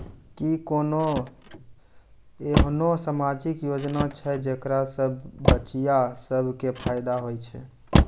कि कोनो एहनो समाजिक योजना छै जेकरा से बचिया सभ के फायदा होय छै?